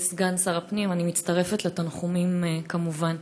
סגן שר הפנים, אני מצטרפת לתנחומים, כמובן.